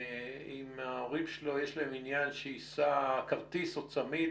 אם להורים יש עניין שיישא כרטיס או צמיד,